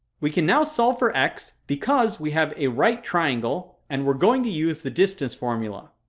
we can now solve for x because we have a right triangle and we're going to use the distance formula.